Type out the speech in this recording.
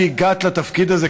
כשהגעת לתפקיד הזה,